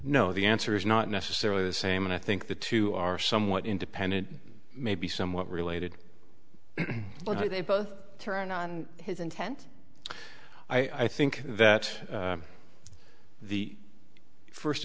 no the answer is not necessarily the same and i think the two are somewhat independent maybe somewhat related but they both turned on his intent i think that the first